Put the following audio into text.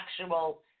actual